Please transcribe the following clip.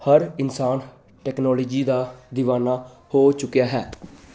ਹਰ ਇਨਸਾਨ ਟੈਕਨੋਲੋਜੀ ਦਾ ਦੀਵਾਨਾ ਹੋ ਚੁੱਕਿਆ ਹੈ